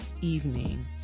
evening